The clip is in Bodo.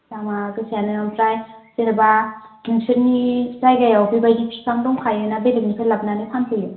दामआ गोसायानो ओमफ्राय जेन'बा नोंसोरनि जायगायाव बेबायदि बिफां दंखायो ना बेलेगनिफ्राय लाबोना फानफैयो